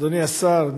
אדוני השר,